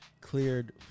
cleared